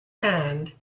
hand